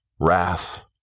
wrath